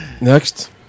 next